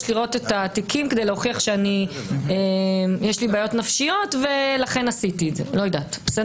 לראות את התיקים כדי להוכיח שיש לי בעיות נפשיות ולכן עשיתי זאת.